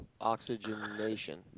oxygenation